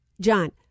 john